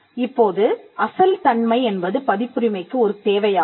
இப்போது அசல் தன்மை என்பது பதிப்புரிமைக்கு ஒரு தேவையாகும்